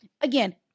again